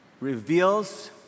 Reveals